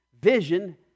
vision